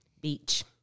Beach